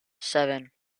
seven